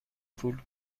پول